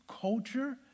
culture